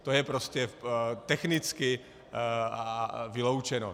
To je prostě technicky vyloučeno.